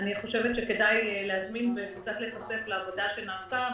אני חושבת שכדאי להזמין וקצת להיחשף לעבודה שנעשתה.